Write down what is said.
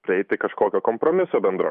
prieiti kažkokio kompromiso bendro